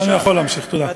אז אני יכול להמשיך, תודה.